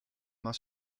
main